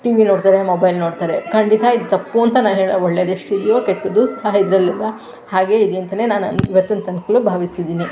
TV ನೋಡ್ತಾರೆ mobile ನೋಡ್ತಾರೆ ಖಂಡಿತ ಇದು ತಪ್ಪು ಅಂತ ನಾನು ಹೇಳೋದು ಒಳ್ಳೆಯದೇಷ್ಟಿದೆಯೋ ಕೆಟ್ಟದ್ದು ಸಹ ಇದರಲ್ಲಿ ಹಾಗೆ ಇದೇ ಅಂತಲೇ ನಾನು ಇವತ್ತಿನ ತನ್ಕ ಭಾವಿಸಿದ್ದೀನಿ